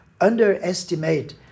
underestimate